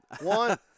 One